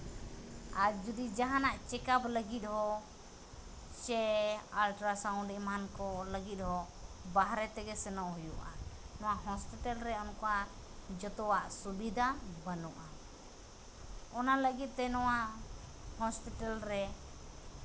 ᱟᱨ ᱡᱩᱫᱤ ᱡᱟᱦᱟᱱᱟᱜ ᱪᱮᱠᱟᱯ ᱞᱟᱹᱜᱤᱫ ᱦᱚᱸ ᱥᱮ ᱟᱞᱴᱨᱟᱥᱚᱱ ᱮᱢᱟᱱ ᱠᱚ ᱞᱟᱹᱜᱤᱫ ᱦᱚᱸ ᱵᱟᱦᱨᱮ ᱛᱮᱜᱮ ᱥᱮᱱᱚᱜ ᱦᱩᱭᱩᱜᱼᱟ ᱱᱚᱣᱟ ᱦᱚᱥᱯᱤᱴᱟᱞ ᱨᱮ ᱚᱱᱠᱟ ᱡᱚᱛᱚᱣᱟᱜ ᱥᱩᱵᱤᱫᱷᱟ ᱵᱟᱹᱱᱩᱜᱼᱟ ᱚᱱᱟ ᱞᱟᱹᱜᱤᱫ ᱛᱮ ᱱᱚᱣᱟ ᱦᱚᱥᱯᱤᱴᱟᱞ ᱨᱮ